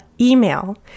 email